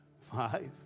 five